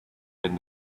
been